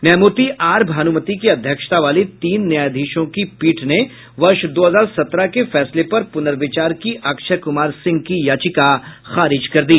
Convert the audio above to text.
न्यायमूर्ति आर भानुमति की अध्यक्षता वाली तीन न्यायाधीशों की पीठ ने वर्ष दो हजार सत्रह के फैसले पर पुनर्विचार की अक्षय कुमार सिंह की याचिका खारिज कर दी